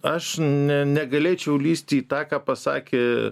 aš ne negalėčiau lįsti į tą ką pasakė